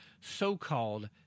so-called